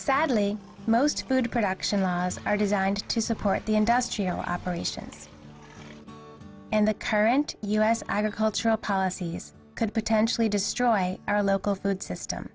sadly most food production are designed to support the industrial operations and the current u s agriculture policies could potentially destroy our local food system